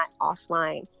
offline